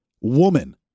Woman